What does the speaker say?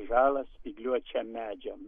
žalą spygliuočiam medžiam